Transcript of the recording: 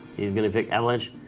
he's going to pick avalanche,